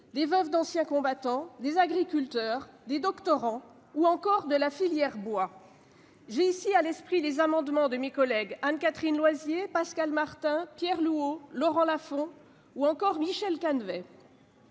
des veuves d'anciens combattants, des agriculteurs, des doctorants, ou encore de la filière bois. J'ai ici à l'esprit les amendements de mes collègues Anne-Catherine Loisier, Pascal Martin, Pierre Louault, Laurent Lafon ou encore Michel Canévet.